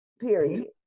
Period